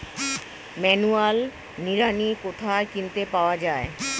Manual নিড়ানি কোথায় কিনতে পাওয়া যায়?